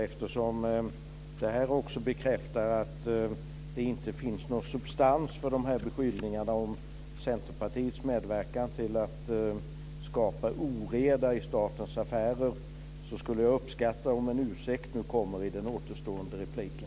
Eftersom det här också bekräftar att det inte finns någon substans i beskyllningarna om att Centerpartiet medverkar till att skapa oreda i statens affärer, skulle jag uppskatta om en ursäkt kommer i den återstående repliken.